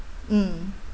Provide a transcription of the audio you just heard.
mm